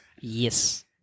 Yes